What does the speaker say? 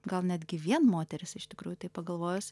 gal netgi vien moterys iš tikrųjų taip pagalvojus